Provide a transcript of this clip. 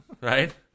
Right